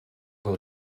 will